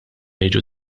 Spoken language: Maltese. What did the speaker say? jiġu